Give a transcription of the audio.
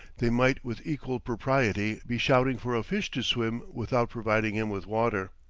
they might with equal propriety be shouting for a fish to swim without providing him with water.